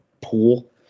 pool